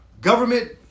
government